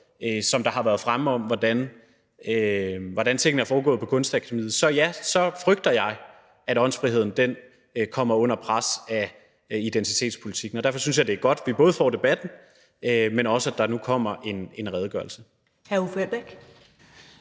som har været fremme om, hvordan tingene er foregået på Kunstakademiet, så ja, frygter jeg, at åndsfriheden kommer under pres af identitetspolitikken. Og derfor synes jeg, det er godt, at vi både får debatten, men også at der nu kommer en redegørelse. Kl.